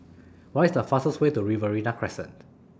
What IS The fastest Way to Riverina Crescent